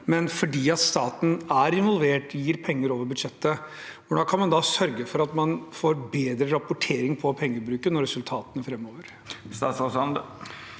siden staten er involvert og gir penger over budsjettet: Hvordan kan man sørge for at man får bedre rapportering på pengebruken og resultatene framover?